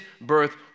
birth